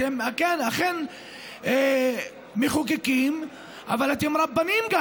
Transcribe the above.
אתם אכן מחוקקים אבל אתם גם רבנים,